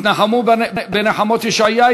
התנחמו בנחמות ישעיה,